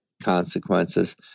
consequences